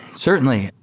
certainly.